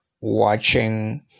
watching